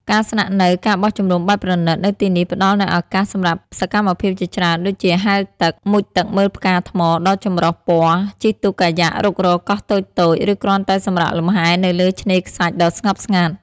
ការស្នាក់នៅ ការបោះជំរំបែបប្រណីត នៅទីនេះផ្តល់នូវឱកាសសម្រាប់សកម្មភាពជាច្រើនដូចជា ហែលទឹក មុជទឹកមើលផ្កាថ្មដ៏ចម្រុះពណ៌ ជិះទូកកាយ៉ាក់រុករកកោះតូចៗ ឬគ្រាន់តែសម្រាកលំហែនៅលើឆ្នេរខ្សាច់ដ៏ស្ងប់ស្ងាត់។